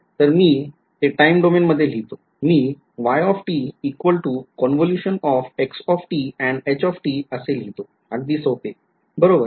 तर मी ते टाईम डोमेन मध्ये लिहितो मी y equal to convolution of x and h असे लिहितो अगदी सोपे बरोबर